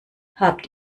habt